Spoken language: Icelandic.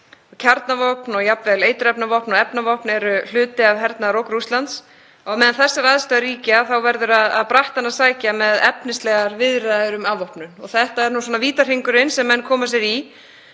Kjarnavopn og jafnvel eiturefnavopn og efnavopn eru hluti af hernaðarógn Rússlands. Á meðan þessar aðstæður ríkja verður á brattann að sækja með efnislegar viðræður um afvopnun. Þetta er vítahringurinn sem menn koma sér í